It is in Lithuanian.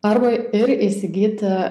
arba ir įsigyti